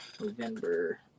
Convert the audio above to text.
November